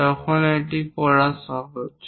তখন এটি পড়া সহজ